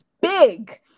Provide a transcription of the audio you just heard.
big